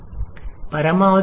ഞാൻ ഉണ്ടാകും